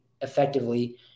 effectively